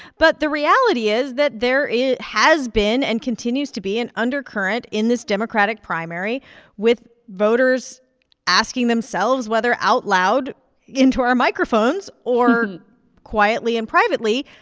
but the reality is that there has been and continues to be an undercurrent in this democratic primary with voters asking themselves, whether out loud into our microphones or quietly and privately,